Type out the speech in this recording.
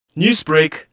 Newsbreak